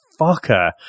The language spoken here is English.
fucker